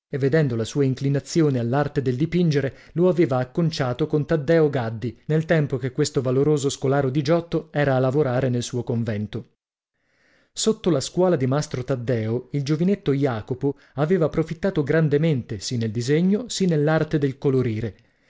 e vedendo la sua inclinazione all'arte del dipingere lo aveva acconciato con taddeo gaddi nel tempo che questo valoroso scolaro di giotto era a lavorare nel suo convento sotto la scuola di mastro taddeo il giovinetto jacopo aveva profittato grandemente sì nel disegno sì nell'arte del colorire